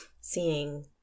seeing